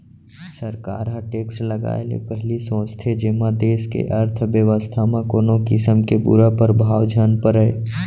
सरकार ह टेक्स लगाए ले पहिली सोचथे जेमा देस के अर्थबेवस्था म कोनो किसम के बुरा परभाव झन परय